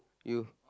you